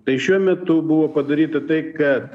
tai šiuo metu buvo padaryta tai kad